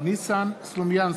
ניסן סלומינסקי,